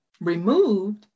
removed